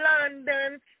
London